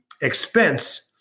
expense